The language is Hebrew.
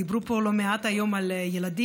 דיברו פה לא מעט היום על ילדים,